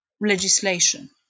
legislation